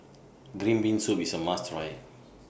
Green Bean Soup IS A must Try